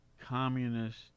communist